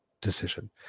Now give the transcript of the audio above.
decision